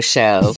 Show